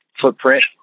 footprint